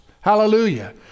Hallelujah